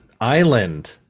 island